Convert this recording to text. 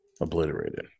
obliterated